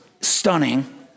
stunning